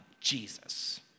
Jesus